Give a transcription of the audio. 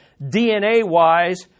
DNA-wise